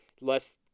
less